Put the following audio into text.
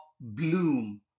bloom